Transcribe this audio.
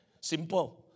Simple